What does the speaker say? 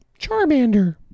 Charmander